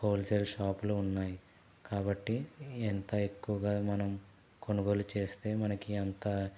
wholesale షాపులు ఉన్నాయి కాబట్టి ఎంత ఎక్కువగా మనం కొనుగోలు చేస్తే మనకి అంత